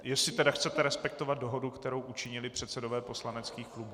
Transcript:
Jestli tedy chcete respektovat dohodu, kterou učinili předsedové poslaneckých klubů.